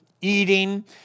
eating